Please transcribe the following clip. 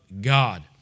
God